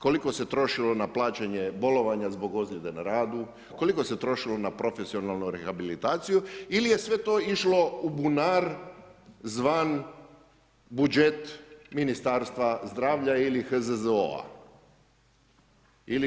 Koliko se trošilo na plaćanje bolovanja zbog ozljede na radu, koliko se trošilo na profesionalnu rehabilitaciju ili je sve to išlo u bunar zvan budžet Ministarstva zdravlja ili HZZO-a.